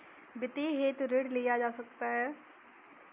वित्तीयन हेतु ऋण लिया जा सकता है